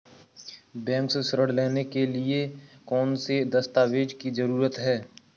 Bank से ऋण लेने के लिए कौन से दस्तावेज की जरूरत है?